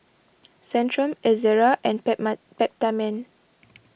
Centrum Ezerra and Peptamen